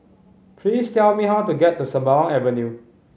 please tell me how to get to Sembawang Avenue